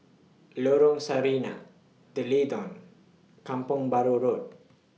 Lorong Sarina D'Leedon Kampong Bahru Road